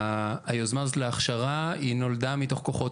היוזמה הזו להכשרה היא נולדה מתוך כוחות